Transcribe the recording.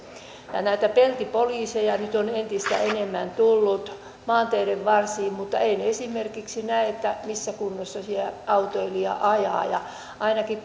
näitä peltipoliiseja nyt on entistä enemmän tullut maanteiden varsiin mutta eivät ne näe esimerkiksi sitä missä kunnossa siellä autoilija ajaa ja ainakin